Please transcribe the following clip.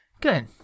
Good